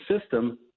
system